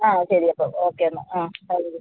ആ ശരി അപ്പോൾ ഓക്കെ എന്നാൽ ആ